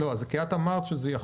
כי את אמרת שזה יחול.